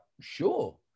sure